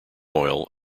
oil